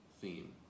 theme